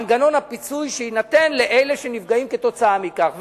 להקים מנגנון לפיצוי של אלה שנפגעים כתוצאה מכך.